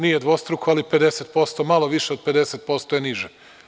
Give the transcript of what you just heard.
Nije dvostruko, ali 50%, malo više od 50% je niže.